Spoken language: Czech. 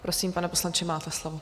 Prosím, pane poslanče, máte slovo.